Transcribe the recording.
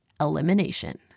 elimination